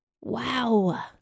Wow